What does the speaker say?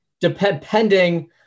depending